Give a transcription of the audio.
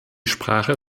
sprache